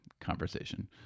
conversation